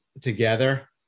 together